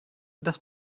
das